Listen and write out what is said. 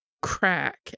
crack